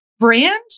Brand